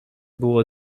było